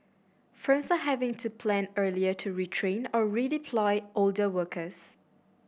firms are having to plan earlier to retrain or redeploy older workers